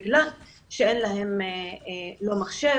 בגלל שאין להם מחשב,